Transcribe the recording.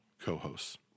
co-hosts